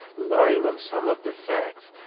lying on some of the facts.